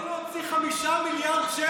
לא להוציא 5 מיליארד שקל,